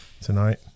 tonight